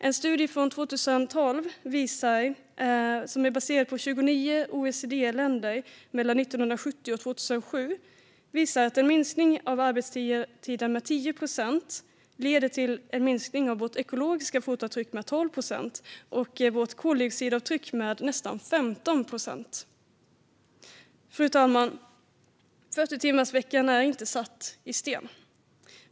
En studie från 2012 baserad på 29 OECD-länder mellan 1970 och 2007 visade att en minskning av arbetstiden med 10 procent leder till en minskning av vårt ekologiska fotavtryck med 12 procent och vårt koldioxidavtryck med nästan 15 procent. Fru talman! 40-timmarsveckan är inte ristad i sten.